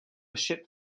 ship